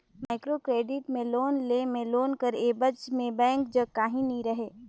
micro credit ले loan लेय में लोन कर एबज में बेंक जग काहीं नी रहें